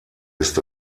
ist